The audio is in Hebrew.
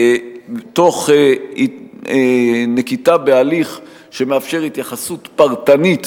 תוך נקיטת הליך שמאפשר התייחסות פרטנית